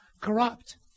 corrupt